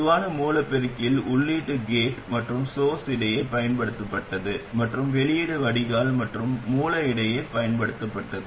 பொதுவான மூல பெருக்கியில் உள்ளீடு கேட் மற்றும் சோர்ஸ் இடையே பயன்படுத்தப்பட்டது மற்றும் வெளியீடு வடிகால் மற்றும் மூல இடையே பயன்படுத்தப்பட்டது